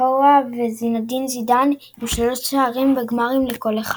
ואוה וזינדין זידאן עם 3 שערים בגמרים לכל אחד.